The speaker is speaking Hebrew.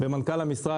ומנכ"ל המשרד,